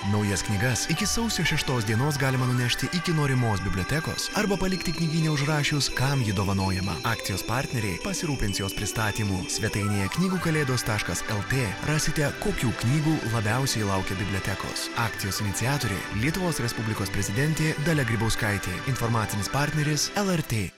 naujas knygas iki sausio šeštos dienos galima nunešti iki norimos bibliotekos arba palikti knygyne užrašius kam ji dovanojama akcijos partneriai pasirūpins jos pristatymu svetainėje knygų kalėdos taškas l t rasite kokių knygų labiausiai laukia bibliotekos akcijos iniciatorė lietuvos respublikos prezidentė dalia grybauskaitė informacinis partneris lrt